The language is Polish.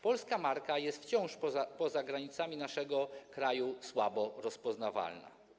Polska marka jest wciąż poza granicami naszego kraju słabo rozpoznawalna.